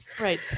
Right